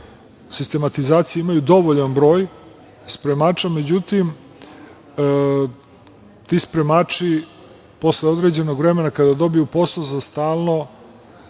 sistematizaciji imaju dovoljan broj spremača, međutim, ti spremači posle određenog vremena kada dobiju posao za stalno